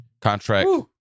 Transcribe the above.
contract